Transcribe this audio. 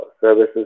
services